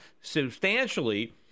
substantially